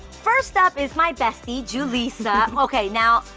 first up is my bestie julissa. okay now,